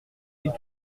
ils